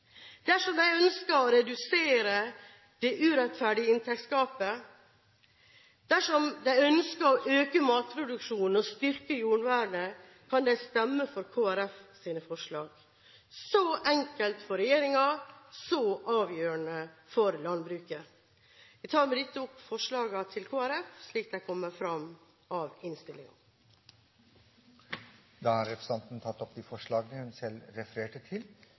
Dersom de ønsker å redusere det urettferdige inntektsgapet, dersom de ønsker å øke matproduksjonen og styrke jordvernet, kan de stemme for Kristelig Folkepartis forslag – så enkelt for regjeringen, så avgjørende for landbruket. Jeg tar med dette opp forslagene fra Kristelig Folkeparti, slik de fremkommer i innstillingen. Representanten Rigmor Andersen Eide har tatt opp de forslagene hun refererte til.